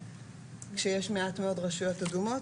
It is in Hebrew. כשיש מעט מאוד רשויות אדומות,